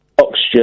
oxygen